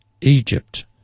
Egypt